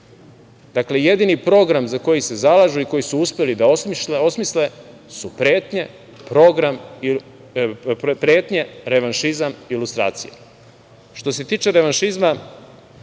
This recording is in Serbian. jedini program za koji se zalažu i koji su uspeli da osmisle su pretnje, revanšizam, lustracija. Što se tiče revanšizma,